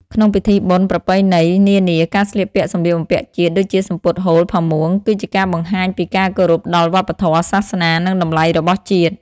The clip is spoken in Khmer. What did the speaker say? ក្នុងពិធីបុណ្យប្រពៃណីនានា ការស្លៀកពាក់សម្លៀកបំពាក់ជាតិ ដូចជាសំពត់ហូល ផាមួង គឺជាការបង្ហាញពីការគោរពដល់វប្បធម៌ សាសនា និងតម្លៃរបស់ជាតិ។